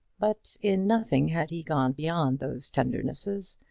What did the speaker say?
but in nothing had he gone beyond those tendernesses,